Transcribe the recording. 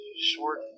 short